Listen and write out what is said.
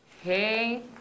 Hey